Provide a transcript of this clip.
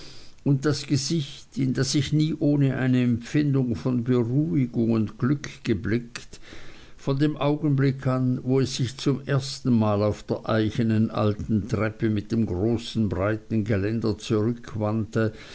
und das gesicht in das ich nie ohne eine empfindung von beruhigung und glück geblickt von dem augenblicke an wo es sich zum ersten mal auf der eichenen alten treppe mit dem großen breiten geländer